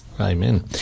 Amen